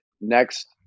next